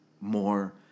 more